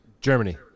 Germany